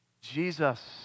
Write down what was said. Jesus